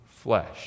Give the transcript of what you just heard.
flesh